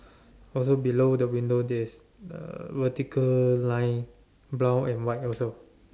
also below the window there's uh vertical line brown and white also